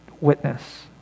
witness